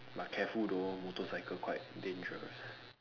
but careful though motorcycle quite dangerous